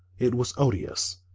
it was odious.